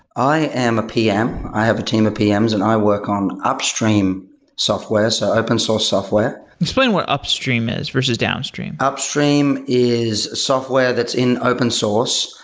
i am a pm. i have a team of pms, and i work on upstream software. so open source software. explain what upstream is versus downstream upstream is software that's in open source,